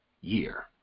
year